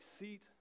receipt